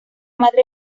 madre